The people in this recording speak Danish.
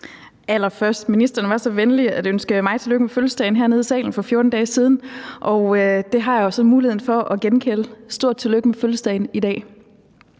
sige, at ministeren var så venlig at ønske mig tillykke med fødselsdagen hernede i salen for 14 dage siden, og det har jeg jo så mulighed for at gengælde: Stort tillykke med fødselsdagen i dag!